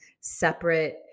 separate